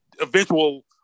eventual